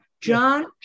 John